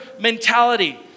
mentality